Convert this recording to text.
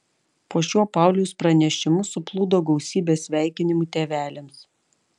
po šiuo pauliaus pranešimu suplūdo gausybė sveikinimų tėveliams